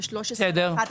12 ו-11.